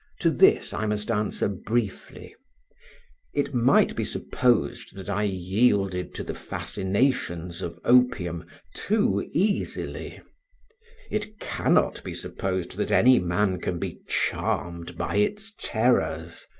to this i must answer briefly it might be supposed that i yielded to the fascinations of opium too easily it cannot be supposed that any man can be charmed by its terrors.